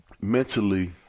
mentally